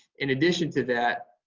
in addition to that,